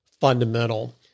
fundamental